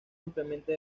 ampliamente